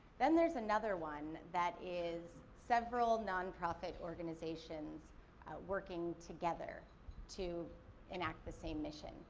then there's another one that is several non-profit organizations working together to enact the same mission.